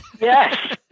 yes